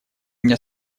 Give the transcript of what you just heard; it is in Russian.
мне